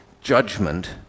judgment